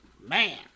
man